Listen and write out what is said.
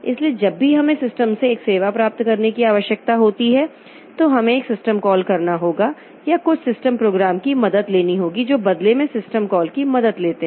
इसलिए जब भी हमें सिस्टम से एक सेवा प्राप्त करने की आवश्यकता होती है तो हमें एक सिस्टम कॉल करना होगा या कुछ सिस्टम प्रोग्राम की मदद लेनी होगी जो बदले में सिस्टम कॉल की मदद लेते हैं